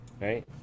Right